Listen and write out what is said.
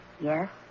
Yes